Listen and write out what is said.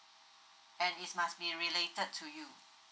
and it must be related to you